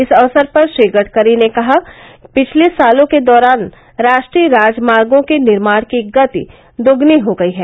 इस अवसर पर श्री गडकरी ने कहा पिछले सालों के दौरान राष्ट्रीय राजमार्गो के निर्माण की गति दोगुनी हो गयी है